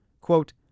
Quote